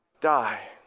die